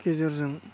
गेजेरजों